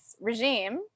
regime